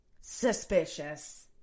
Suspicious